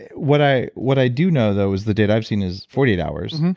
what i what i do know though is the data i've seen is forty eight hours,